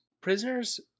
prisoners